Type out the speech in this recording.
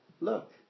Look